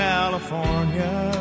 California